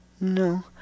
No